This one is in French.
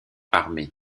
armée